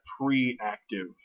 pre-active